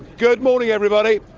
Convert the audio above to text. good morning, everybody.